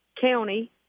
County